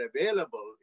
available